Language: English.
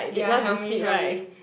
ya Helmi Helmi